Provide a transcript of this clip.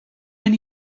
been